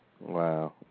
Wow